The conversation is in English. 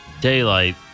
Daylight